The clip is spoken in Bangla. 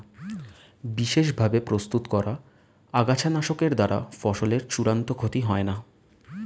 বিশেষ ভাবে প্রস্তুত করা আগাছানাশকের দ্বারা ফসলের চূড়ান্ত ক্ষতি হয় না